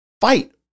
fight